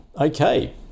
Okay